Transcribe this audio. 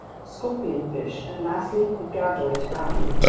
scorpionfish, and lastly the gadoid family,